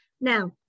Now